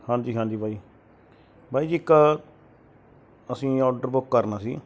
ਹਾਂਜੀ ਹਾਂਜੀ ਬਾਈ ਬਾਈ ਜੀ ਇੱਕ ਅਸੀਂ ਓਰਡਰ ਬੁੱਕ ਕਰਨਾ ਸੀ